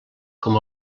com